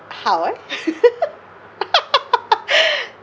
how eh